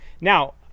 Now